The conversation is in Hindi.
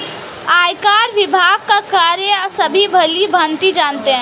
आयकर विभाग का कार्य सभी भली भांति जानते हैं